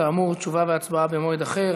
כאמור, תשובה והצבעה בזמן אחר.